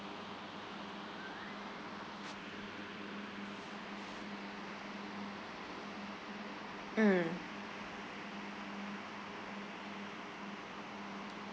mm